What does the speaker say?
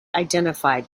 identified